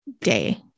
Day